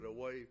away